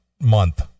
month